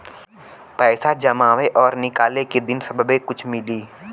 पैसा जमावे और निकाले के दिन सब्बे कुछ मिली